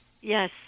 Yes